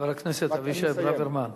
חבר הכנסת אבישי ברוורמן,